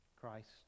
Christ